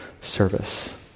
service